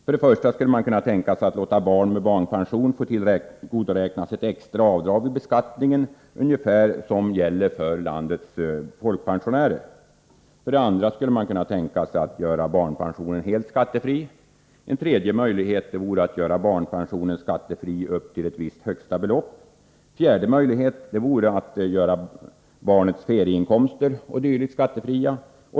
För det första skulle man kunna tänka sig att låta barn med barnpension vid beskattningen tillgodoräkna sig ett extra avdrag liknande vad som gäller för landets folkpensionärer. För det andra skulle man kunna tänka sig att göra barnpensionen helt skattefri. En tredje möjlighet är att göra barnpensionen skattefri upp till ett visst högsta belopp. En fjärde möjlighet är att göra barnets ferieinkomster o. d. skattefria.